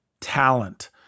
talent